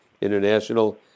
International